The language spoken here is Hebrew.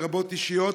לרבות האישיות,